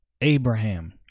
Abraham